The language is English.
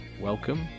welcome